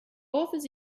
authors